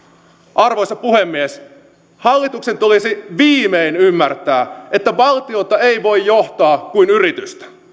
arvoisa puhemies hallituksen tulisi viimein ymmärtää että valtiota ei voi johtaa kuin yritystä